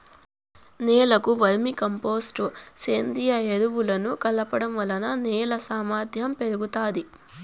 నేలకు vermi compost, సేంద్రీయ ఎరువులను కలపడం వలన నేల సామర్ధ్యం పెరుగుతాది